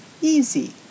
Easy